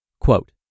Quote